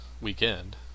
weekend